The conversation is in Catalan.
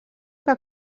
que